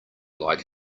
like